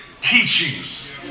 teachings